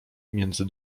między